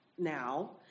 now